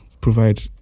provide